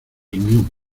reunión